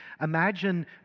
imagine